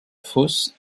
fosse